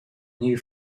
new